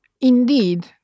indeed